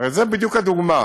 הרי זאת בדיוק הדוגמה,